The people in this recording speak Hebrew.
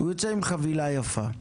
הוא יוצא עם חבילה יפה.